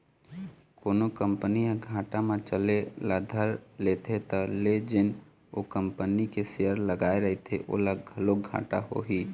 कोनो कंपनी ह घाटा म चले ल धर लेथे त ले जेन ओ कंपनी के सेयर लगाए रहिथे ओला घलोक घाटा होही